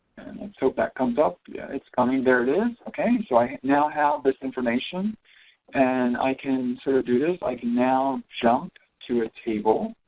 let's hope that comes up yeah it's coming there it is okay so i now have this information and i can sort of do this like now jump to a table.